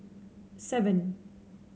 seven